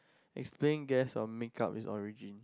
explain guest of make up it origin